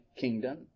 kingdom